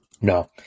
No